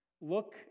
look